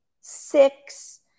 six